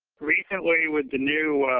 recently, with the new